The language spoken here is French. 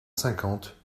cinquante